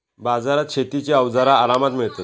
बाजारात शेतीची अवजारा आरामात मिळतत